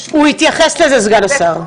הוא התייחס לזה, סגן השר.